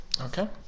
Okay